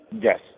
Yes